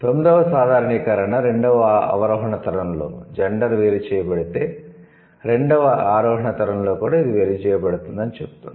9 వ సాధారణీకరణ రెండవ అవరోహణ తరంలో 'జెండర్' వేరు చేయబడితే రెండవ ఆరోహణ తరంలో కూడా ఇది వేరు చేయబడుతుంది అని చెబుతుంది